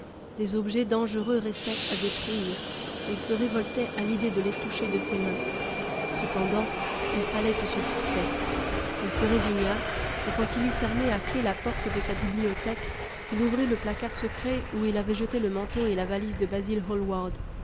des objets dangereux restaient à détruire il se révoltait à l'idée de les toucher de ses mains cependant il fallait que ce fût fait il se résigna et quand il eut fermé à clef la porte de sa bibliothèque il ouvrit le placard secret où il avait jeté le manteau et la valise de basil